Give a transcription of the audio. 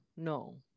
No